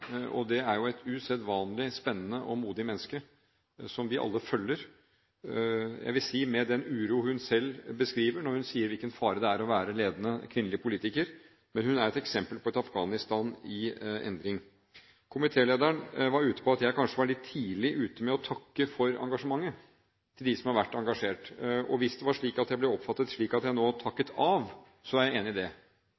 er et usedvanlig spennende og modig menneske som vi alle følger – jeg vil si med den uro hun selv beskriver, når hun sier hvilken fare det er å være ledende, kvinnelig politiker, men hun er et eksempel på et Afghanistan i endring. Komitélederen var inne på at jeg kanskje var litt tidlig ute med å takke for engasjementet til dem som har vært engasjert. Hvis jeg ble oppfattet slik at jeg nå takket av, så er jeg